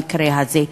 במקרה הזה,